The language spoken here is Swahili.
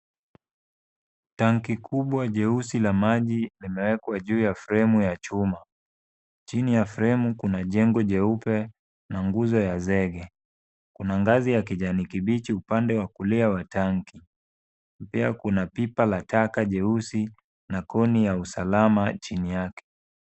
Tanki kubwa jeusi la maji limewekwa juu ya fremu ya chuma. Chini ya fremu kuna jengo jeupe na nguzo ya zege. Kuna ngazi ya kijani kibichi upande wa kulia wa tanki. Pia kuna pipa la taka jeusi na koni ya usalama chini yake.